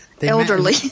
Elderly